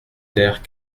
terres